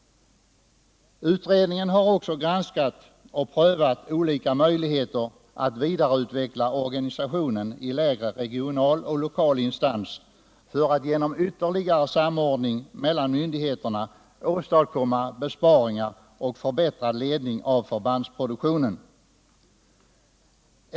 Utredningen har också granskat och prövat olika möjligheter att vidareutveckla organisationen i lägre regional och lokal instans för att genom ytterligare samordning mellan myndigheterna åstadkomma besparingar och en förbättrad ledning av förbandsproduktionen.